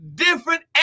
different